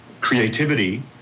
creativity